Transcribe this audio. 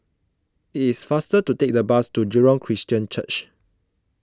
it is faster to take the bus to Jurong Christian Church